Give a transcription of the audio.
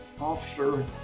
officer